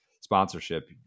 sponsorship